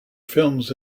films